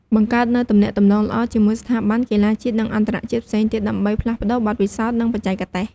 បង្កើតនូវ ទំនាក់ទំនងល្អ ជាមួយស្ថាប័នកីឡាជាតិ និងអន្តរជាតិផ្សេងទៀត ដើម្បីផ្លាស់ប្តូរបទពិសោធន៍ និងបច្ចេកទេស។